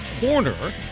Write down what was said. corner